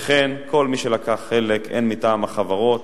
וכן כל מי שלקח חלק הן מטעם החברות